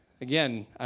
Again